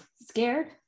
scared